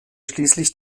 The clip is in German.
schließlich